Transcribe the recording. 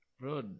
Bro